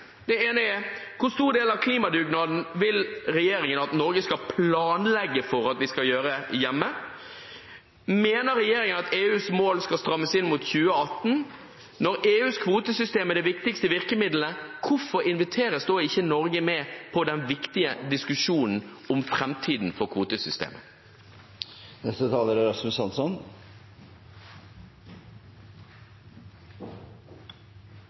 Det ene er: Hvor stor del av klimadugnaden vil regjeringen at Norge skal planlegge for at vi skal gjøre hjemme? Mener regjeringen at EUs mål skal strammes inn mot 2018? Når EUs kvotesystem er det viktigste virkemidlet, hvorfor inviteres ikke Norge med på den viktige diskusjonen om framtiden for kvotesystemet?